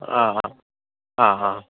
ആ ഹാ ആ ഹാ